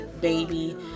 baby